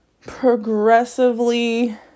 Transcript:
progressively